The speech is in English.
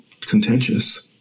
contentious